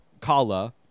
Kala